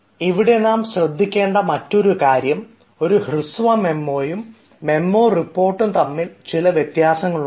ഇവിടെ നാം ശ്രദ്ധിക്കേണ്ട മറ്റൊരു കാര്യം ഒരു ഹ്രസ്വ മെമോയും മെമ്മോ റിപ്പോർട്ടും തമ്മിൽ ചില വ്യത്യാസങ്ങളുണ്ട്